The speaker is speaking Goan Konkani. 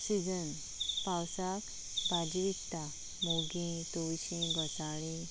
सिजन पावसाक भाजी विकता मोगी तोवशीं घोसाळीं